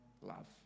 love